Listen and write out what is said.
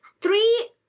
three